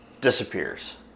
Disappears